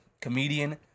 comedian